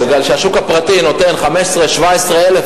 כי השוק הפרטי נותן 15,000 17,000,